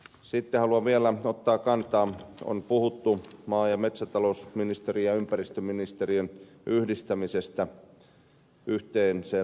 sitten haluan vielä ottaa kantaa siihen että on puhuttu maa ja metsätalousministeriön ja ympäristöministeriön yhdistämisestä yhteiseksi luonnonvaraministeriöksi